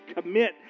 commit